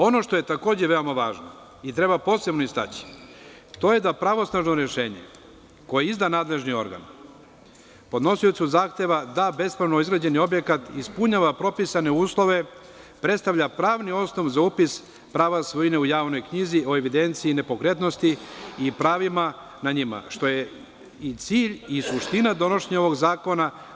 Ono što je takođe veoma važno i treba posebno istaći je da pravosnažno rešenje koje izda nadležni organ podnosiocu zahteva da bespravno izgrađeni objekat ispunjava propisane uslove predstavlja pravni osnov za upis prava svojine u javnoj knjizi o evidenciji nepokretnosti i pravima na njima, što je i cilj i suština donošenja ovog zakona.